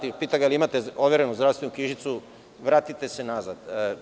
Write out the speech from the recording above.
Pita ga – imate li overenuzdravstvenu knjižicu, vratite se nazad.